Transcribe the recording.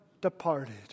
departed